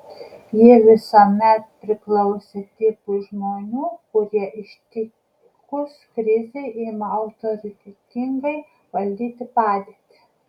ji visuomet priklausė tipui žmonių kurie ištikus krizei ima autoritetingai valdyti padėtį